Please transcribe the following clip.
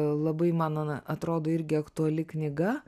labai man atrodo irgi aktuali knyga